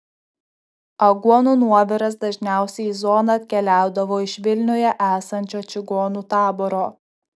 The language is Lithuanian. aguonų nuoviras dažniausiai į zoną atkeliaudavo iš vilniuje esančio čigonų taboro